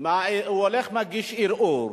הערעורים, הוא הולך ומגיש ערעור.